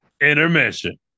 Intermission